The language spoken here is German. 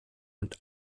und